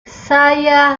saya